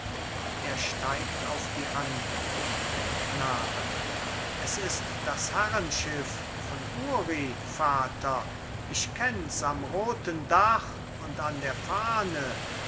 er steigt auf die anhöhe knabe es ist das herrenschiff von uri vater ich kenn's am roten dach und an der fahne